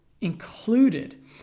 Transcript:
included